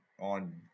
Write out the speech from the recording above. on